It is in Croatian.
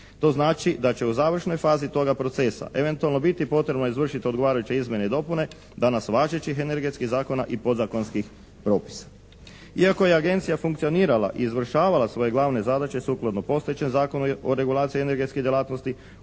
To znači da će u završnoj fazi toga procesa eventualno biti potrebno izvršiti odgovarajuće izmjene i dopune danas važećih energetskih zakona i podzakonskih propisa. Iako je agencija funkcionirala i izvršavala svoje glavne zadaće sukladno postojećem Zakonu o regulaciji energetskih djelatnosti